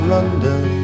London